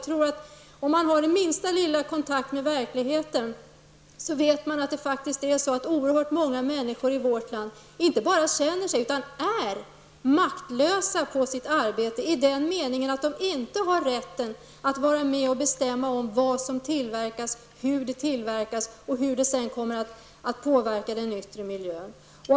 Har man den minsta kontakt med verkligheten vet man att det faktiskt är oerhört många människor i vårt land som inte bara känner sig utan också är maktlösa på sitt arbete i den mening att de inte har rätt att vara med och bestämma vad som tillverkas, hur det tillverkas och hur det sedan kommer att påverka den yttre miljön.